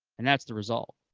and that's the result.